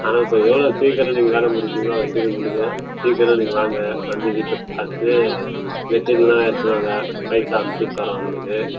ஆனால் இப்போது எவ்வளோ சீக்கிரம் நீங்கள் வேலை முடிப்பீங்களோ அவ்வளோ சீக்கிரம் முடியுங்க சீக்கிரம் நீங்கள் வாங்க வந்து வீட்டை பார்த்து மெட்டீரியல்லாம் எடுத்துட்டு வாங்க பைசா அனுப்பிச்சிவுட்டறேன் உங்களுக்கு